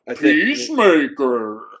Peacemaker